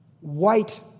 White